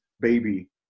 baby